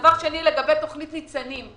הדבר השני הוא לגבי תכנית ניצנים.